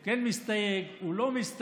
הוא כן מסתייג, הוא לא מסתייג,